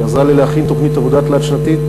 שעזרה לי להכין תוכנית עבודה תלת-שנתית,